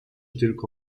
tylko